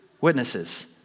witnesses